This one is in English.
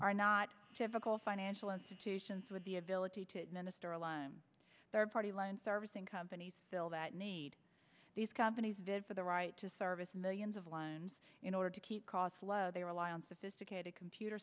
are not typical financial institutions with the ability to minister a lime third party line servicing companies still that need these companies bid for the right to service millions of lines in order to keep costs low they rely on sophisticated computer